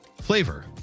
Flavor